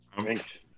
Thanks